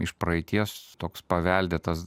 iš praeities toks paveldėtas